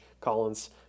Collins